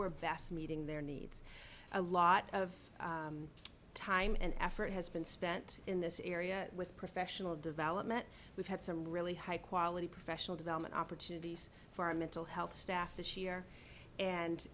r vast meeting their needs a lot of time and effort has been spent in this area with professional development we've had some really high quality professional development opportunities for our mental health staff this year and